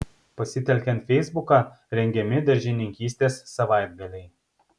pasitelkiant feisbuką rengiami daržininkystės savaitgaliai